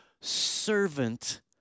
servant